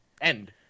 End